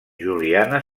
juliana